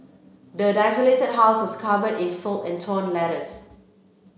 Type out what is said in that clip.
the desolated house was covered in filth and torn letters